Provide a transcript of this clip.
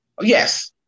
Yes